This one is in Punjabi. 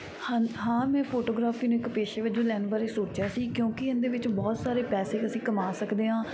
ਹ ਹਾਂ ਮੈਂ ਫੋਟੋਗ੍ਰਾਫੀ ਨੂੰ ਇੱਕ ਪੇਸ਼ੇ ਵਜੋਂ ਲੈਣ ਬਾਰੇ ਸੋਚਿਆ ਸੀ ਕਿਉਂਕਿ ਇਹਦੇ ਵਿੱਚ ਬਹੁਤ ਸਾਰੇ ਪੈਸੇ ਅਸੀਂ ਕਮਾ ਸਕਦੇ ਹਾਂ